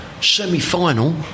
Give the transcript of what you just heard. semi-final